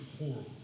horrible